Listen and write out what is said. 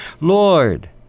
Lord